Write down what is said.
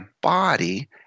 body